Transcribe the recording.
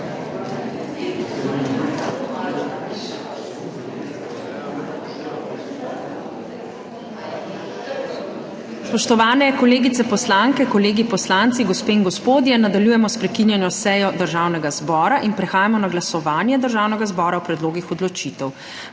Spoštovani kolegice poslanke, kolegi poslanci, gospe in gospodje! Nadaljujemo s prekinjeno sejo Državnega zbora in prehajamo na glasovanje Državnega zbora o predlogih odločitev.